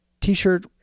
t-shirt